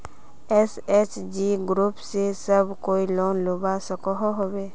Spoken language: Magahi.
एस.एच.जी ग्रूप से सब कोई लोन लुबा सकोहो होबे?